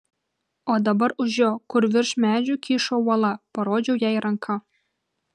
o dabar už jo kur virš medžių kyšo uola parodžiau jai ranka